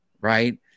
right